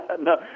no